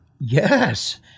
Yes